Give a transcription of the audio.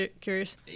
curious